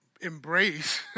embrace